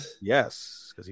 Yes